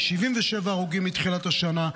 77 הרוגים מתחילת השנה,